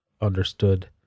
understood